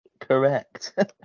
Correct